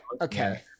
Okay